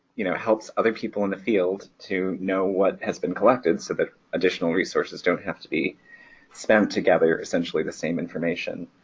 you know, helps other people in the field to know what has been collected so that additional resources don't have to be spent to gather essentially the same information.